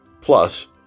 Plus